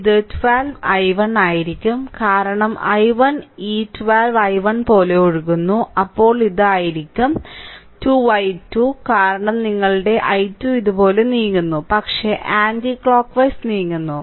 ഇത് 12 i1 ആയിരിക്കും കാരണം i1 ഈ 12 i1 പോലെ ഒഴുകുന്നു അപ്പോൾ ഇത് ആയിരിക്കും 2 i 2 കാരണം i2 ഇതുപോലെ നീങ്ങുന്നു പക്ഷേ ആന്റി ക്ലോക്ക്വൈസ് നീങ്ങുന്നു